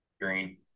Green